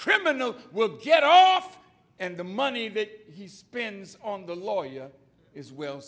criminal will get all of the money that he spends on the lawyer is well